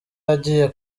agiye